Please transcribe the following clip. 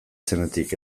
zenetik